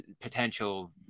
potential